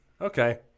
okay